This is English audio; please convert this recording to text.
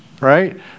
right